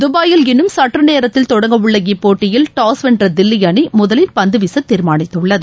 துபாயில் இன்னும் சற்று நேரத்தில் தொடங்க உள்ள இப்போட்டியில் டாஸ் வென்ற தில்லி அணி முதலில் பந்து வீச தீர்மானித்துள்ளது